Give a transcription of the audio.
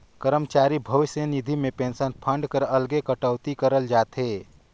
करमचारी भविस निधि में पेंसन फंड कर अलगे कटउती करल जाथे